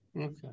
Okay